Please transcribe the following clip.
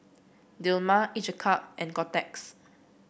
Dilmah each a cup and Kotex